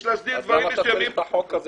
יש להסדיר --- אז למה להסדיר אם הכול חוקי?